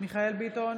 מיכאל מרדכי ביטון,